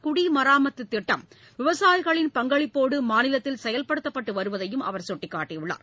குடிமராமத்து திட்டம் விவசாயிகளின் பங்களிப்போடு மாநிலத்தில் செயல்படுத்தப்பட்டு வருவதையும் அவர் சுட்டிக்காட்டியுள்ளார்